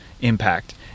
impact